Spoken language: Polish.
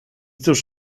cóż